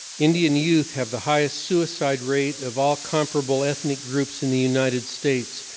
indian youth have the highest suicide rate of all comparable ethnic groups in the united states.